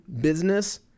business